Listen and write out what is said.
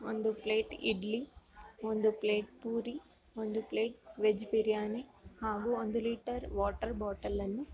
ಒಂದು ಪ್ಲೇಟ್ ಇಡ್ಲಿ ಒಂದು ಪ್ಲೇಟ್ ಪೂರಿ ಒಂದು ಪ್ಲೇಟ್ ವೆಜ್ ಬಿರಿಯಾನಿ ಹಾಗು ಒಂದು ಲೀಟರ್ ವಾಟರ್ ಬಾಟಲನ್ನು